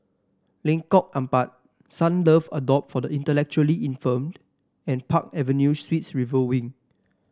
Lengkok Empat Sunlove Abode for the Intellectually Infirmed and Park Avenue Suites River Wing